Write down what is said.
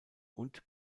und